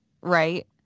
right